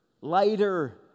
lighter